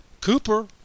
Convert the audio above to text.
cooper